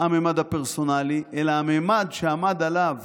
הממד הפרסונלי אלא הממד שעמדו עליו